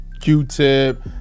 q-tip